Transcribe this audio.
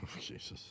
Jesus